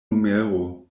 numero